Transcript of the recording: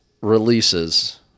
releases –